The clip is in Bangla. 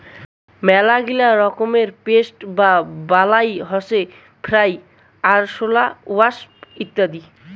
মেলাগিলা রকমের পেস্ট বা বালাই হসে ফ্লাই, আরশোলা, ওয়াস্প ইত্যাদি